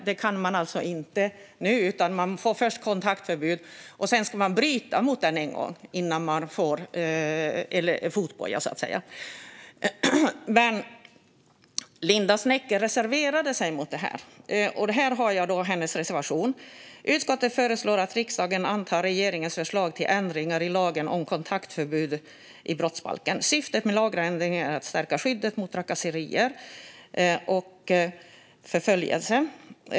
Det går alltså inte nu. Man får först kontaktförbud och ska sedan bryta mot det en gång innan man får fotboja. Men Linda Snecker reserverade sig mot det här. I betänkandet står det: "Utskottet föreslår att riksdagen antar regeringens förslag till ändringar i lagen om kontaktförbud och i brottsbalken. Syftet med lagändringarna är att stärka skyddet mot trakasserier och förföljelse."